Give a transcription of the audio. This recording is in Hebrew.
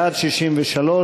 בעד, 63,